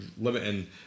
limiting